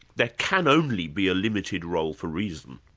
there can only be a limited role for reason?